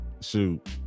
shoot